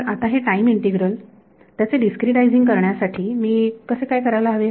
तर आता हे टाईम इंटीग्रल त्याचे डिस्क्रीटायझिंग करण्यासाठी मी कसे काय करायला हवे